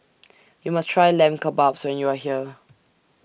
YOU must Try Lamb Kebabs when YOU Are here